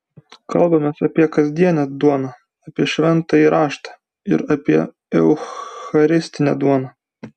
kalbamės apie kasdienę duoną apie šventąjį raštą ir apie eucharistinę duoną